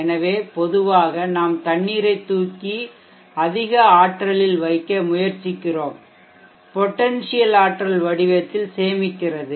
எனவே பொதுவாக நாம் தண்ணீரைத் தூக்கி அதிக ஆற்றலில் வைக்க முயற்சிக்கிறோம் இதனால் நீர் ஆற்றலை பொடென்சியல் ஆற்றல் வடிவத்தில் சேமிக்கிறது